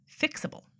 fixable